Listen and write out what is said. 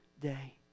day